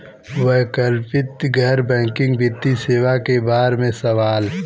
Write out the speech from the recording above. वैकल्पिक गैर बैकिंग वित्तीय सेवा के बार में सवाल?